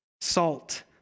salt